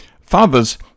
Fathers